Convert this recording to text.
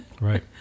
right